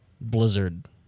blizzard